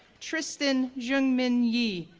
tristan jung min yi,